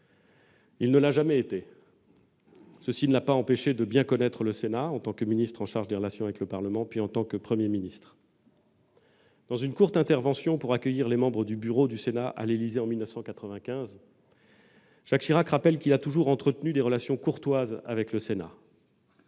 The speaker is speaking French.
Il ne l'a jamais été, ce qui ne l'a pas empêché de bien connaître votre assemblée, comme ministre chargé des relations avec le Parlement, puis comme Premier ministre. Dans une courte intervention pour accueillir les membres du bureau du Sénat à l'Élysée, en 1995, Jacques Chirac rappelait ainsi qu'il avait toujours entretenu des relations courtoises avec le Sénat.